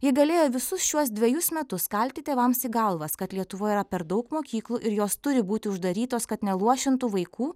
ji galėjo visus šiuos dvejus metus kalti tėvams į galvas kad lietuvoje yra per daug mokyklų ir jos turi būti uždarytos kad neluošintų vaikų